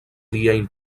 liajn